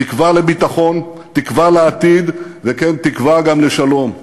תקווה לביטחון, תקווה לעתיד, וכן, תקווה גם לשלום.